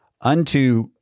unto